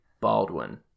Baldwin